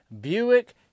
Buick